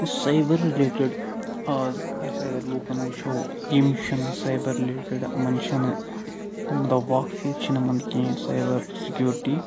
یُس cyber related آز أسۍ اگر لُکن وٕچھو یِم چھِ نہٕ سایبر رِلیٹٕڈ مطلب واقفیت چھِ نہٕ یِمن کہیٖنۍ سایبر سکیورٹی